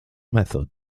method